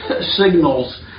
signals